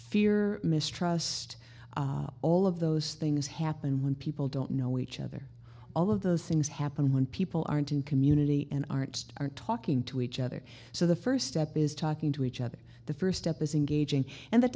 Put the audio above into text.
fear mistrust all of those things happened when people don't know each other all of those things happen when people aren't in community and aren't aren't talking to each other so the first step is talking to each other the first step is engaging and that